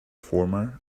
former